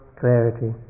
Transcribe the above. clarity